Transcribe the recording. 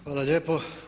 Hvala lijepo.